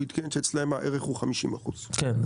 הוא עדכן שאצלם הערך הוא 50%. כן,